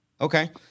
Okay